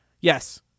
yes